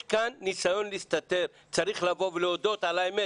יש כאן ניסיון להסתתר, צריך לבוא ולהודות על האמת.